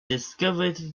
discovered